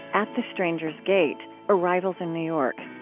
at the strangers' gate arrivals in new york.